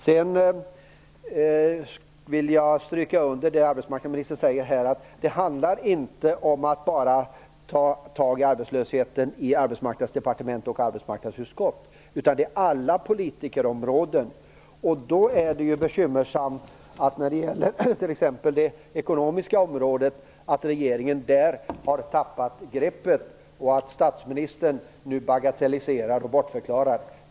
Jag vill understryka det som arbetsmarknadsministern säger, att det inte handlar om att man skall ta itu med arbetslösheten bara i Arbetsmarknadsdepartementet och i arbetsmarknadsutskottet, utan det är en fråga som gäller alla politikerområden. Då är det bekymmersamt att regeringen på det ekonomiska området har tappat greppet och att statsministern nu bagatelliserar och bortförklarar.